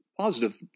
positive